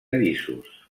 llisos